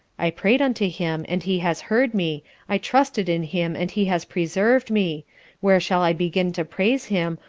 i pray'd unto him, and he has heard me i trusted in him and he has preserv'd me where shall i begin to praise him,